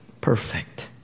perfect